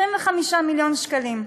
25 מיליון שקלים.